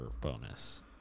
bonus